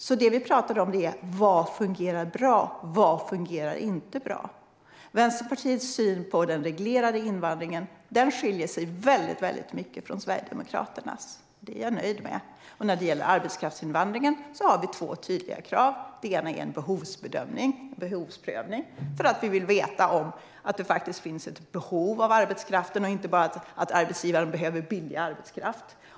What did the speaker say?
Det som vi pratar om är alltså vad som fungerar bra och vad som inte fungerar bra. Vänsterpartiets syn på den reglerade invandringen skiljer sig väldigt mycket från Sverigedemokraternas, och det är jag nöjd med. När det gäller arbetskraftsinvandringen har vi två tydliga krav. Det ena är en behovsbedömning, eller behovsprövning. Vi vill veta att det finns ett behov av arbetskraften, så att det inte bara är så att arbetsgivaren behöver billig arbetskraft.